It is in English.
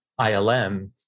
ILM